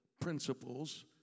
principles